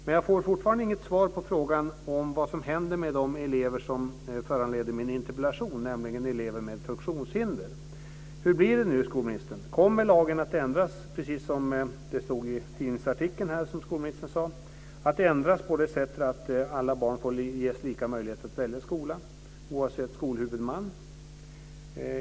Men jag får fortfarande inget svar på frågan om vad som händer med de elever som föranleder min interpellation, nämligen elever med funktionshinder. Hur blir det nu, skolministern? Kommer lagen att ändras, som det stod i tidningsartikeln som skolministern nämnde, på det sättet att alla barn ges lika möjlighet att välja skola oavsett skolhuvudman?